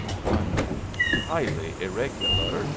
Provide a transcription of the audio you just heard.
ahem highly irregular.